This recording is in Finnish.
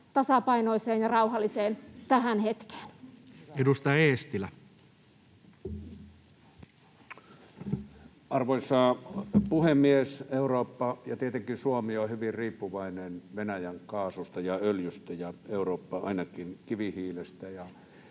tasapainoiseen ja rauhalliseen tähän hetkeen. Edustaja Eestilä. Arvoisa puhemies! Eurooppa ja tietenkin Suomi ovat hyvin riippuvaisia Venäjän kaasusta ja öljystä ja Eurooppa ainakin kivihiilestä.